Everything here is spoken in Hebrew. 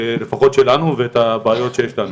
לפחות שלנו,